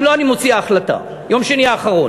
אם לא, אני מוציאה החלטה, יום שני האחרון.